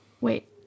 Wait